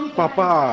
papa